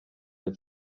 der